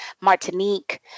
Martinique